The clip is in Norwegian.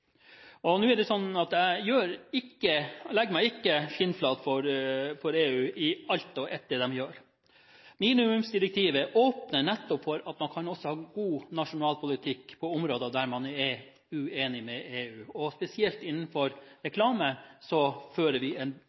Nå er det slik at jeg ikke legger meg skinnflat for EU i alt og ett av det de gjør. Minimumsdirektivet åpner nettopp opp for at man også kan ha god nasjonal politikk på områder der man er uenig med EU, og spesielt innenfor reklame fører vi en